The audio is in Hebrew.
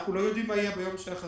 אנחנו לא יודעים מה יהיה ביום שאחרי,